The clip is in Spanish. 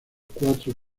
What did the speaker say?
cuatro